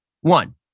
One